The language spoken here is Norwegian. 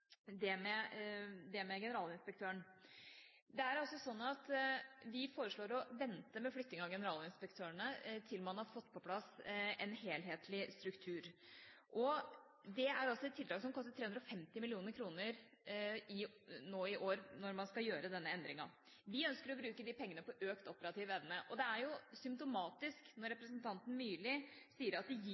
spørsmålet om det med Generalinspektøren. Vi foreslår å vente med flytting av Generalinspektøren til man har fått på plass en helhetlig struktur. Dette er et tiltak som – når man skal gjøre denne endringen – koster 350 mill. kr i år. Vi ønsker å bruke disse pengene på økt operativ evne. Det er jo symptomatisk når representanten Myrli sier at